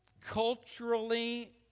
culturally